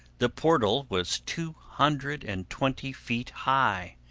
the portal was two hundred and twenty feet high,